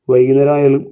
വൈകുന്നേരം ആയാലും